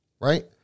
right